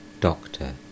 Doctor